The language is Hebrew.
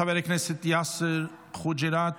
חבר הכנסת יאסר חוג'יראת,